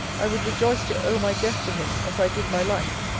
i would rejoice to owe my death to him, as i did my life.